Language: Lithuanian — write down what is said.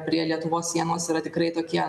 prie lietuvos sienos yra tikrai tokie